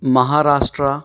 Maharashtra